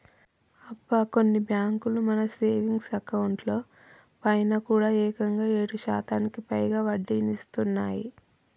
అబ్బా కొన్ని బ్యాంకులు మన సేవింగ్స్ అకౌంట్ లో పైన కూడా ఏకంగా ఏడు శాతానికి పైగా వడ్డీనిస్తున్నాయి